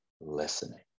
listening